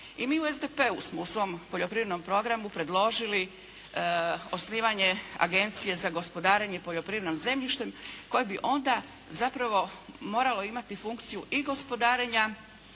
I mi u SDP-u smo u svom poljoprivrednom programu predložili osnivanje Agencije za gospodarenje poljoprivrednim zemljištem koje bi onda zapravo moralo imati funkciju i gospodarenja,